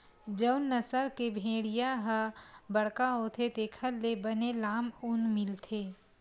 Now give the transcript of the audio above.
जउन नसल के भेड़िया ह बड़का होथे तेखर ले बने लाम ऊन मिलथे